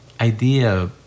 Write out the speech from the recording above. idea